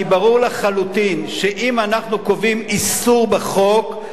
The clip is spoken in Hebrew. כי ברור לחלוטין שאם אנחנו קובעים איסור בחוק,